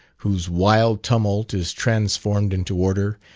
whose wild tumult is transformed into order,